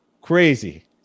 Crazy